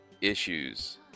issues